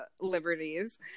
liberties